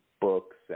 books